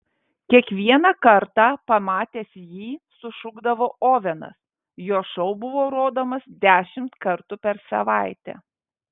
kiekvieną kartą pamatęs jį sušukdavo ovenas jo šou buvo rodomas dešimt kartų per savaitę